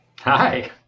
Hi